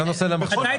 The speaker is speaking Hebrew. זה נושא למחשבה.